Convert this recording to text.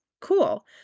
cool